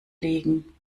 legen